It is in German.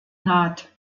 naht